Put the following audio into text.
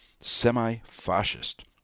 semi-fascist